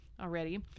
already